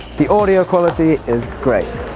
the audio quality is great!